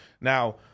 now